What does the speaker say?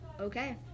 Okay